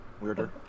weirder